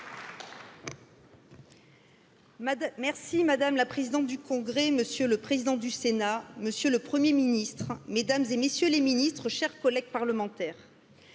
merci madame la présidente du congrès monsieur le le président du sénat monsieur le premier ministre mesdames et messieurs les ministres chers collègues parlementaires